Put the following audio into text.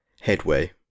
headway